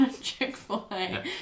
Chick-fil-A